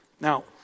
Now